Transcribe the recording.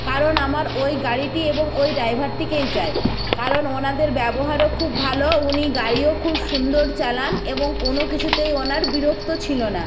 কারণ আমার ওই গাড়িটি এবং ওই ড্রাইভারটিকেই চাই কারণ ওনাদের ব্যবহারও খুব ভালো উনি গাড়িও খুব সুন্দর চালান এবং কোনো কিছুতেই ওনার বিরক্ত ছিল না